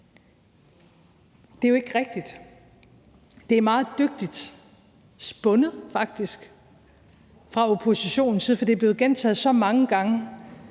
Det er jo ikke rigtigt. Det er meget dygtigt spundet, faktisk, fra oppositionens side, for det er blevet gentaget så mange gange,